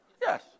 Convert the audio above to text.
Yes